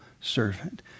servant